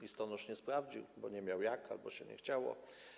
Listonosz nie sprawdził, bo nie miał jak albo mu się nie chciało.